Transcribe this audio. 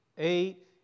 eight